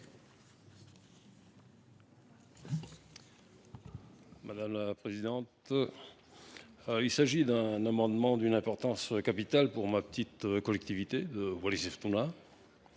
Mikaele Kulimoetoke. Il s’agit d’un amendement d’une importance capitale pour ma petite collectivité de Wallis et Futuna.